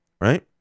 right